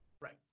Right